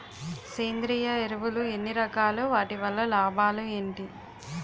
సేంద్రీయ ఎరువులు ఎన్ని రకాలు? వాటి వల్ల లాభాలు ఏంటి?